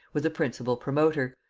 was a principal promoter,